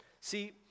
See